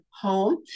home